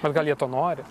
o gal jie to nori